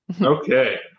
Okay